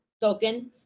token